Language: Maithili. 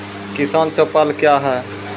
किसान चौपाल क्या हैं?